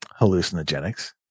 hallucinogenics